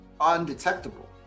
undetectable